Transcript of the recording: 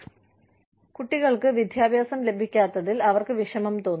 അതിനാൽ കുട്ടികൾക്ക് വിദ്യാഭ്യാസം ലഭിക്കാത്തതിൽ അവർക്ക് വിഷമം തോന്നും